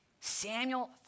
Samuel